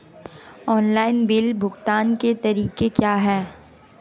Online bill भुगतान के तरीके क्या हैं?